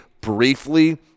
briefly